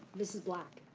mrs. black.